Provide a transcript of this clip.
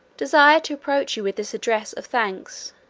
desire to approach you with this address of thanks,